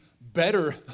better